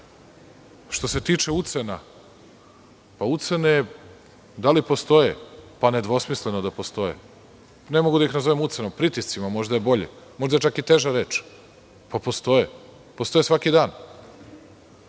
se tiče ucena, pa ucene da li postoje, pa nedvosmisleno da postoje. Ne mogu da ih nazovem ucenom, pritiscima, možda je bolje, možda je čak i teža reč. Postoje. Postoje svaki dan.